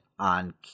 on